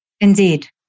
Indeed